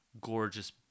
gorgeous